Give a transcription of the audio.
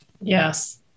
yes